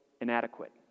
inadequate